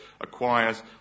acquires